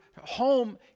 home